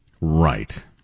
Right